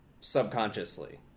subconsciously